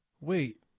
Wait